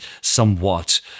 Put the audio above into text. somewhat